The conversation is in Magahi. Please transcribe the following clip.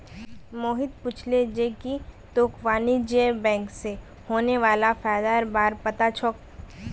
मोहित पूछले जे की तोक वाणिज्यिक बैंक स होने वाला फयदार बार पता छोक